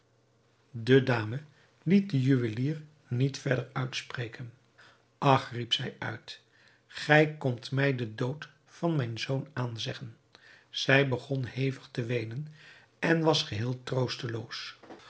de dame liet den juwelier niet verder voortspreken ach riep zij uit gij komt mij den dood van mijn zoon aanzeggen zij begon hevig te weenen en was geheel troosteloos